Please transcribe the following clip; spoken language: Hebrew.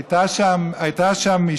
הייתה שם אישה,